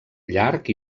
llarg